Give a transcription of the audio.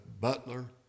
butler